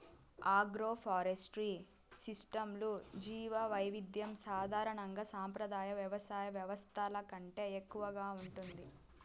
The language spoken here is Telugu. ఆగ్రోఫారెస్ట్రీ సిస్టమ్స్లో జీవవైవిధ్యం సాధారణంగా సంప్రదాయ వ్యవసాయ వ్యవస్థల కంటే ఎక్కువగా ఉంటుంది